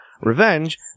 revenge